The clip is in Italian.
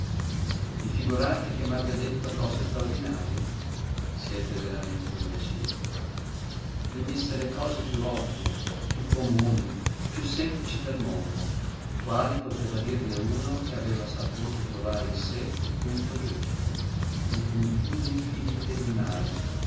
i figurati che m'abbia detto cose straordinarie siete veramente imbecilli mi disse le cose piú ovvie piú comuni piú semplici del mondo quali poteva dirle uno che aveva saputo trovare in sé il punto giusto il puntino infinitesimale